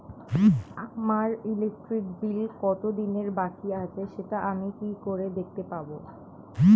আমার electric bill কত দিনের বাকি আছে সেটা আমি কি করে দেখতে পাবো?